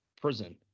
prison